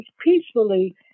peacefully